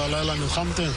עוד לציין --- לסיום.